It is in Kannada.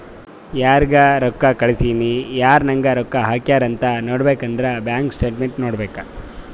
ಯಾರಿಗ್ ರೊಕ್ಕಾ ಕಳ್ಸಿನಿ, ಯಾರ್ ನಂಗ್ ರೊಕ್ಕಾ ಹಾಕ್ಯಾರ್ ಅಂತ್ ನೋಡ್ಬೇಕ್ ಅಂದುರ್ ಬ್ಯಾಂಕ್ ಸ್ಟೇಟ್ಮೆಂಟ್ ನೋಡ್ಬೇಕ್